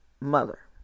mother